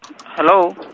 Hello